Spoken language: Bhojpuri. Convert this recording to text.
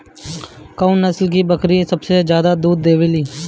कौन नस्ल की बकरी सबसे ज्यादा दूध देवेले?